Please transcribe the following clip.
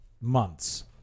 months